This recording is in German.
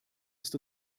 ist